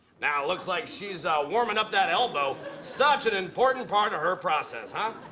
now, it looks like she's warming up that elbow. such an important part of her process, huh?